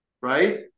Right